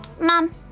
Mom